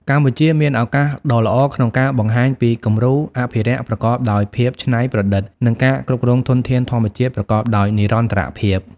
កម្ពុជាមានឱកាសដ៏ល្អក្នុងការបង្ហាញពីគំរូអភិរក្សប្រកបដោយភាពច្នៃប្រឌិត និងការគ្រប់គ្រងធនធានធម្មជាតិប្រកបដោយនិរន្តរភាព។